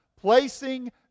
placing